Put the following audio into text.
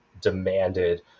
demanded